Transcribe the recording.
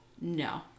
no